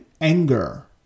anger